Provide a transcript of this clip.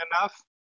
Enough